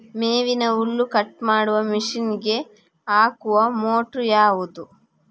ಮೇವಿನ ಹುಲ್ಲು ಕಟ್ ಮಾಡುವ ಮಷೀನ್ ಗೆ ಹಾಕುವ ಮೋಟ್ರು ಯಾವುದು?